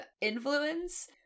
influence